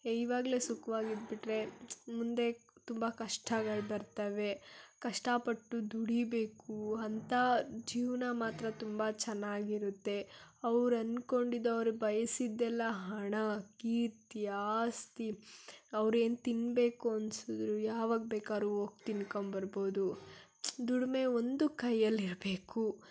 ಈವಾಗಲೇ ಸುಖವಾಗಿದ್ಬಿಟ್ರೆ ಮುಂದೆ ತುಂಬ ಕಷ್ಟಗಳು ಬರ್ತವೆ ಕಷ್ಟಪಟ್ಟು ದುಡೀಬೇಕು ಅಂಥ ಜೀವನ ಮಾತ್ರ ತುಂಬ ಚೆನ್ನಾಗಿರುತ್ತೆ ಅವ್ರು ಅನ್ಕೊಂಡಿದ್ದು ಅವ್ರು ಬಯಸಿದ್ದೆಲ್ಲ ಹಣ ಕೀರ್ತಿ ಆಸ್ತಿ ಅವ್ರೇನು ತಿನ್ನಬೇಕು ಅನ್ಸಿದ್ರೂ ಯಾವಾಗ ಬೇಕಾರೂ ಹೋಗ್ ತಿನ್ಕೊಂಬರ್ಬೋದು ದುಡಿಮೆ ಒಂದು ಕೈಯಲ್ಲಿರಬೇಕು